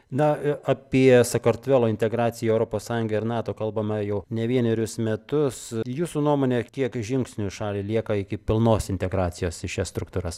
na apie sakartvelo integraciją į europos sąjungą ir nato kalbama jau ne vienerius metus jūsų nuomone kiek žingsnių šaliai lieka iki pilnos integracijos į šias struktūras